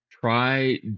try